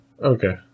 Okay